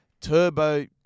Turbo